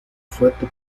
fuerte